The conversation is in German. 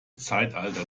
zeitalter